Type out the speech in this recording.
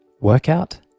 workout